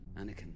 Anakin